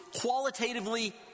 qualitatively